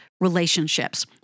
relationships